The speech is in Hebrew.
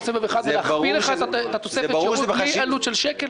סבב אחד ולהכפיל לך את תוספת השירות בלי עלות של שקל?